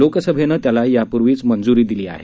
लोकसभेनं त्याला यापूर्वीच मंजुरी दिली आहे